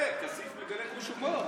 יפה, כסיף מגלה חוש הומור.